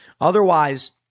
Otherwise